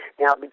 Now